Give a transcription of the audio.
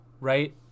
right